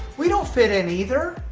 we don't fit in either,